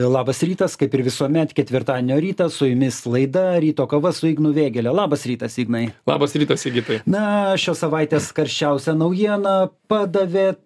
labas rytas kaip ir visuomet ketvirtadienio rytą su jumis laida ryto kova su ignu vėgėle labas rytas ignai labas rytas sigitai na šios savaitės karščiausia naujiena padavėt